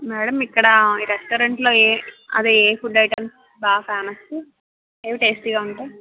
madam ఇక్కడ ఈ restaurant లో ఏ అదే ఏ ఫుడ్ ఐటమ్స్ బాగా ఫేమస్ ఏవి టేస్టీ గా ఉంటాయి